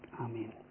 Amen